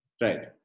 Right